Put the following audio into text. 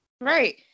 Right